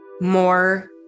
more